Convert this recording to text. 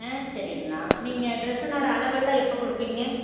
ஆ சரிங்களா நீங்கள் ட்ரெஸ்ஸுனோட அளவெல்லாம் எப்போ கொடுப்பீங்க